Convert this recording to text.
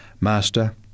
Master